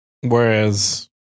Whereas